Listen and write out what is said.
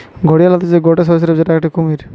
ঘড়িয়াল হতিছে গটে সরীসৃপ যেটো একটি কুমির